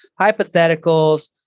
hypotheticals